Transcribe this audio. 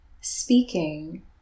speaking